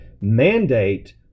mandate